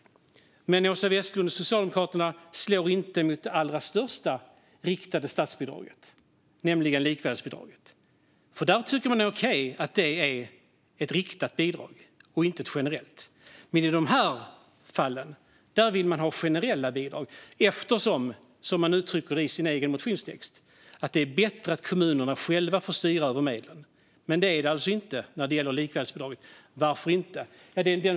Men Åsa Westlund och Socialdemokraterna slår inte mot det allra största riktade statsbidraget, nämligen likvärdighetsbidraget. Där tycker man att det är okej att det är ett riktat bidrag och inte ett generellt. Men i de här fallen vill man ha generella bidrag eftersom det, som man uttrycker det i sin egen motionstext, är bättre att kommunerna själva får styra över medlen. Men det är det alltså inte när det gäller likvärdighetsbidraget. Varför inte?